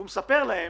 והוא מספר להם: